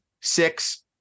six